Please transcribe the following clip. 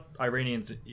Iranians